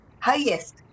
highest